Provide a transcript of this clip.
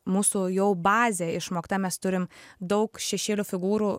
mūsų jau bazė išmokta mes turim daug šešėlių figūrų